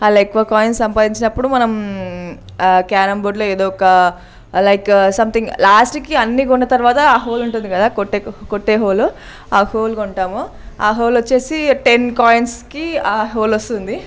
అలా ఎక్కువ కాయిన్ సంపాదించినప్పుడు మనం ఆ క్యారమ్ బోర్డ్లో ఏదో ఒక లైక్ సంథింగ్ లాస్ట్కి అన్నీ కొన్న తర్వాత ఒక హోల్ ఉంటుంది కదా కొట్టే హోల్ ఆ హోల్ కొంటాము ఆ హోల్ వచ్చిటెన్ కాయిన్స్కి ఆ హోల్ వస్తుంది